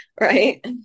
Right